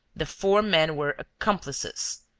the four men were accomplices!